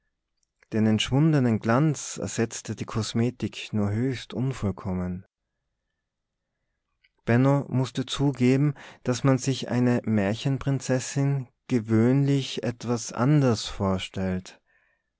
den entschwundenen glanz ersetzte die kosmetik nur höchst unvollkommen benno mußte zugeben daß man sich eine märchenprinzessin gewöhnlich etwas anders vorstellt